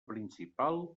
principal